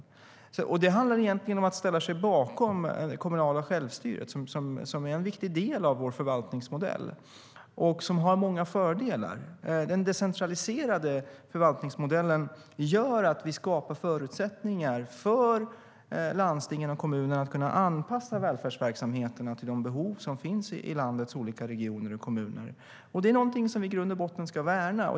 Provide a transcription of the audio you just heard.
Det handlar om att ställa sig bakom det kommunala självstyret. Det är en viktig del av vår förvaltningsmodell, och den har många fördelar. Den decentraliserade förvaltningsmodellen gör att vi skapar förutsättningar för landstingen och kommunerna att anpassa välfärdsverksamheterna till de behov som finns i landets olika regioner och kommuner. Det ska vi i grund och botten värna.